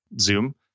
zoom